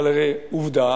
אבל עובדה,